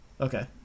Okay